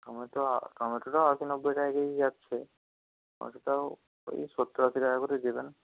tomato টোম্যাটোটাও আশি নব্বই টাকা কেজি যাচ্ছে টোম্যাটোটাও ওই সত্তর আশি টাকা করে দেবেন